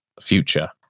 Future